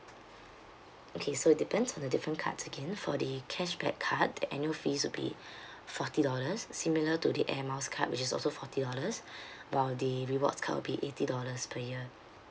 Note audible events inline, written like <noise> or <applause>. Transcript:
okay so depends on the different cards again for the cashback card the annual fees will be <breath> forty dollars similar to the air miles card which is also forty dollars <breath> while the rewards card will be eighty dollars per year